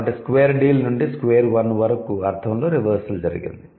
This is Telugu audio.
కాబట్టి 'స్క్వేర్ డీల్' నుండి 'స్క్వేర్ వన్' వరకు అర్థంలో రివర్సల్ ఉంది